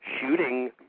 shooting